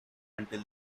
until